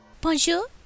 Bonjour